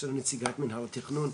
יש לנו נציגת מינהל התכנון,